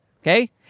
Okay